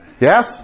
Yes